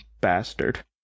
bastard